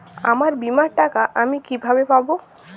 আমার বীমার টাকা আমি কিভাবে পাবো?